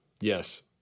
Yes